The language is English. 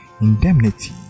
indemnity